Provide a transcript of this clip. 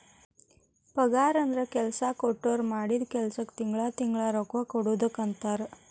ಪಗಾರಂದ್ರ ಕೆಲ್ಸಾ ಕೊಟ್ಟೋರ್ ಮಾಡಿದ್ ಕೆಲ್ಸಕ್ಕ ತಿಂಗಳಾ ತಿಂಗಳಾ ರೊಕ್ಕಾ ಕೊಡುದಕ್ಕಂತಾರ